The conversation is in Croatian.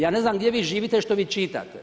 Ja ne znam gdje vi živite i što vi čitate.